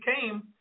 came